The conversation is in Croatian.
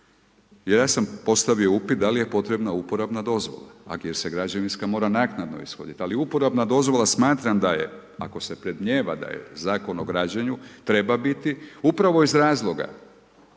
Jer ja sam postavio upit da li je potrebna uporabna dozvola ako se građevinska mora naknadno ishoditi. Ali uporabna dozvola smatram da je, ako se predmnijeva da je Zakon o građenju, treba biti, upravo iz razloga